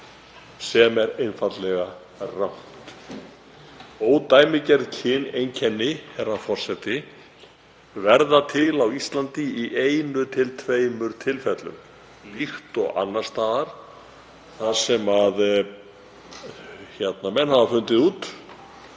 sem er einfaldlega rangt. Ódæmigerð kyneinkenni verða til á Íslandi í einu til tveimur tilfellum, líkt og annars staðar þar sem menn hafa fundið út